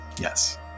yes